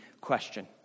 question